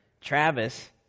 Travis